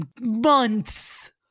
months